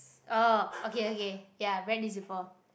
oh okay okay ya I read this before